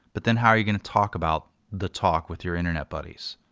but then how are you gonna talk about the talk with your internet buddies.